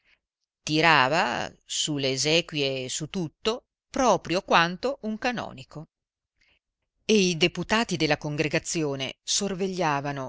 tirava su le esequie e su tutto proprio quando un canonico e i deputati della congregazione sorvegliavano